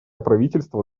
правительство